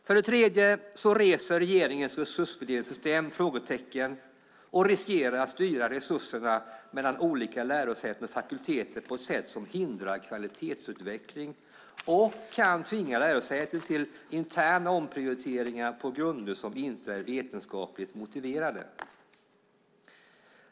För det tredje reser regeringens resursfördelningssystem frågetecken och riskerar att styra resurser mellan olika lärosäten och fakulteter på ett sätt som hindrar kvalitetsutveckling och kan tvinga lärosäten till interna omprioriteringar på grunder som inte är vetenskapligt motiverade.